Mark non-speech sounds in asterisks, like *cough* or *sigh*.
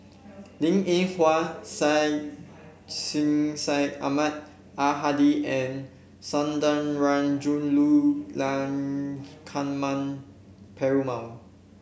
Linn In Hua Syed Sheikh Syed Ahmad Al Hadi and Sundarajulu *unintelligible* Perumal